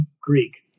Greek